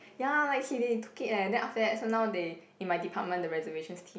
ya like he did took it leh then after that so now they in my department the reservation's team